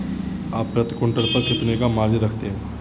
आप प्रति क्विंटल पर कितने का मार्जिन रखते हैं?